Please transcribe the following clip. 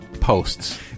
posts